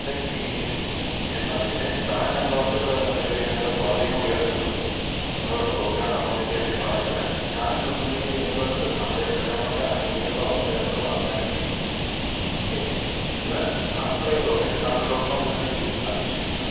tech genius എന്നതിൻറ്റെ brand ambassador എന്ന നിലയിൽ നിങ്ങളുടെ സ്വാധീനമുയർത്തുക നിങ്ങളുടെ പ്രോഗ്രാം കമ്മ്യൂണിറ്റി അഭിഭാഷകൻ ബ്രാൻഡ് പ്രതിനിധി എന്നിവർക്ക് ആവേശകരമായ ആനുകൂല്യങ്ങളും അവസരങ്ങളും വാഗ്ദാനം ചെയ്യുന്നു ഇന്ന് apply dot example dot com എന്ന ലിങ്കിൽ അപേക്ഷിക്കുക